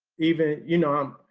even you know,